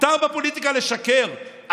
מותר בפוליטיקה לשקר,